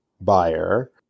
buyer